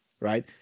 right